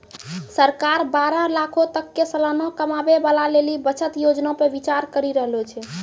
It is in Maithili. सरकार बारह लाखो तक के सलाना कमाबै बाला लेली बचत योजना पे विचार करि रहलो छै